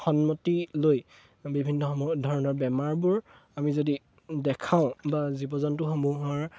সন্মতি লৈ বিভিন্নসমূহ ধৰণৰ বেমাৰবোৰ আমি যদি দেখাওঁ বা জীৱ জন্তুসমূহৰ